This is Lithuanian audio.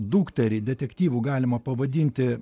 dukterį detektyvu galima pavadinti